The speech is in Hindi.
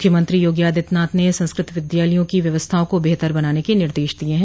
मुख्यमंत्री योगी आदित्यनाथ ने संस्कृत विद्यालयों की व्यवस्थाओं को बेहतर बनाने के निर्देश दिये हैं